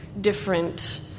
different